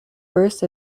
first